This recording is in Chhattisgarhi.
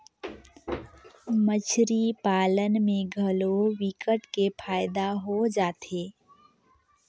मछरी पालन में घलो विकट के फायदा हो जाथे